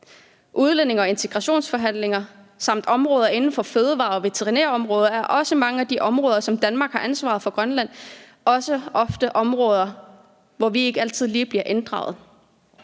Udlændinge- og integrationsforhandlinger samt områder inden for fødevarer og veterinærområdet er – nogle af de områder, hvor Danmark har ansvaret for Grønland – er også ofte områder, hvor vi ikke altid lige bliver inddraget.